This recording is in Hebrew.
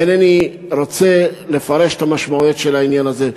אינני רוצה לפרש את המשמעויות של העניין הזה.